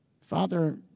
Father